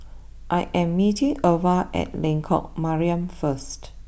I am meeting Irva at Lengkok Mariam first